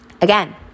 again